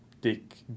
Dick